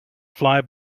fly